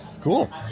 Cool